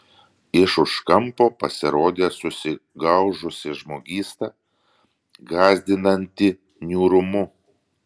iš už kampo pasirodė susigaužusi žmogysta gąsdinanti niūrumu